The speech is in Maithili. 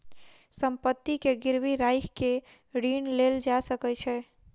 संपत्ति के गिरवी राइख के ऋण लेल जा सकै छै